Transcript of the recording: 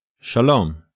Shalom